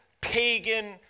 pagan